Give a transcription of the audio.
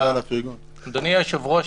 אדוני היושב-ראש,